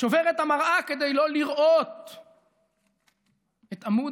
שובר את המראה כדי לא לראות את עמוד